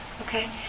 okay